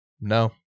No